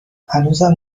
هنوزم